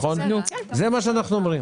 זה מה שאנחנו אומרים.